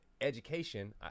education